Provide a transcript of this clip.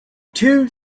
two